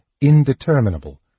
indeterminable